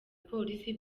polisi